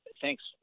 thanks